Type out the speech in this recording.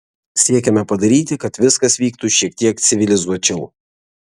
siekiame padaryti kad viskas vyktų šiek tiek civilizuočiau